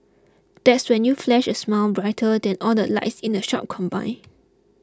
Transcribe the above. that's when you flash a smile brighter than all the lights in the shop combined